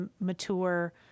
mature